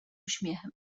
uśmiechem